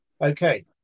Okay